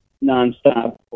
non-stop